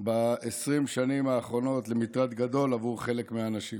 ב-20 השנים האחרונות למטרד גדול עבור חלק מהאנשים.